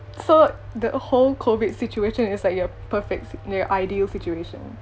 so the whole COVID situation is like your perfect s~ your ideal situation